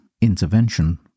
intervention